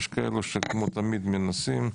יש כאלה שכמו תמיד מנסים.